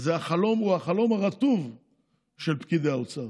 הוא החלום הרטוב של פקידי האוצר.